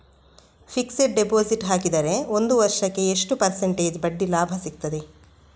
Fixed deposit ಹಾಕಿದರೆ ಒಂದು ವರ್ಷಕ್ಕೆ ಎಷ್ಟು ಪರ್ಸೆಂಟೇಜ್ ಬಡ್ಡಿ ಲಾಭ ಸಿಕ್ತದೆ?